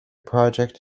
project